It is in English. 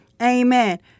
Amen